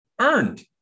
earned